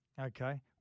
Okay